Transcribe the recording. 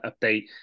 update